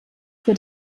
wird